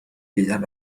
ieuan